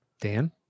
Dan